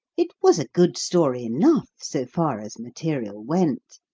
it was a good story enough, so far as material went.